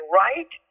right